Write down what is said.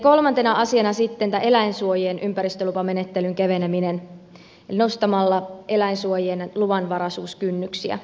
kolmantena asiana tämä eläinsuojien ympäristölupamenettelyn keveneminen nostamalla eläinsuojien luvanvaraisuuskynnyksiä